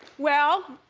well,